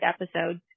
episodes